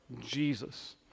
Jesus